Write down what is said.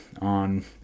on